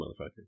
motherfucker